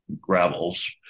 gravels